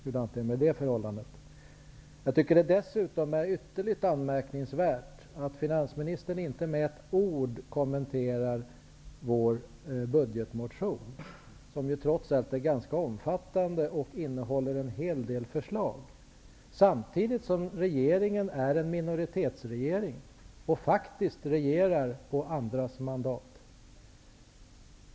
Jag tycker dessutom att det är ytterligt anmärkningsvärt att finansministern inte med ett ord kommenterar vår budgetmotion, som trots allt är ganska omfattande och innehåller en hel del förslag, samtidigt som regeringen är en minoritetsregering och faktiskt regerar på andras mandat.